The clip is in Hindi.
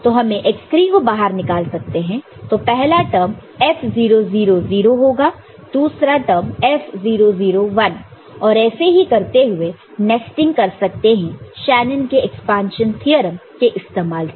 तो हम x3 को बाहर निकाल सकते हैं तो पहला टर्म F 0 0 0 होगा दूसरा टर्म F 0 0 1 और ऐसे ही करते हुए हम नेस्टिंग कर सकते हैं शेनन के एक्सपांशन थ्योरम के इस्तेमाल से